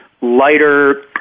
lighter